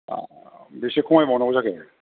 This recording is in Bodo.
बेसे खमाय बावनांगौ जाखो